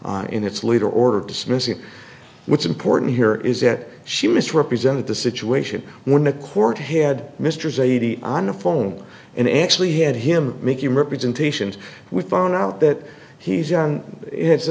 in its leader or dismissing what's important here is that she misrepresented the situation when the court had mr zaidi on the phone and actually had him making representations we found out that he's on